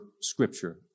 scripture